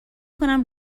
کنم